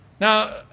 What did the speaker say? Now